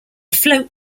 float